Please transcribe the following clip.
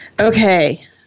Okay